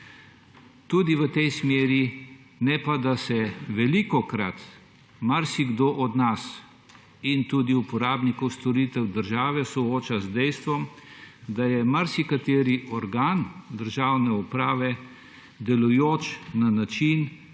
tudi v tej smeri, ne pa, da se velikokrat marsikdo od nas in tudi uporabnikov storitev države sooča z dejstvom, da je marsikateri organ državne uprave delujoč na način,